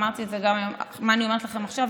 את מה שאני אומרת לכם עכשיו,